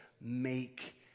make